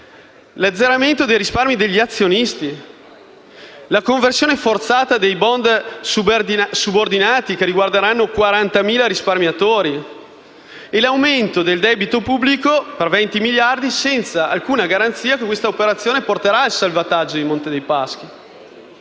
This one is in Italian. l'azzeramento dei risparmi degli azionisti, la conversione forzata dei *bond* subordinati, che riguarderanno 40.000 risparmiatori, e l'aumento del debito pubblico per 20 miliardi di euro senza alcuna garanzia che questa operazione porterà al salvataggio del Monte dei Paschi